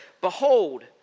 Behold